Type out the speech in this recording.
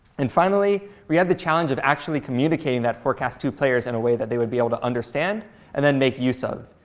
and finally, we had the challenge of actually communicating that forecast to players in a way that they would be able to understand and then make use of.